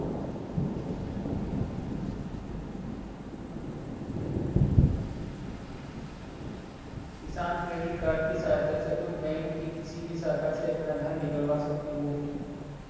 किसान credit card की सहायता से तुम बैंक की किसी भी शाखा से अपना धन निकलवा सकती हो